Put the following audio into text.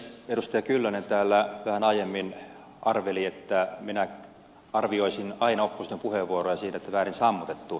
kyllönen täällä vähän aiemmin arveli että minä arvioisin aina opposition puheenvuoroja siitä että väärin sammutettu